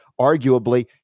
arguably